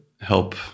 help